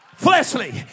fleshly